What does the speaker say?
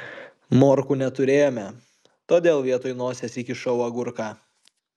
morkų neturėjome todėl vietoj nosies įkišau agurką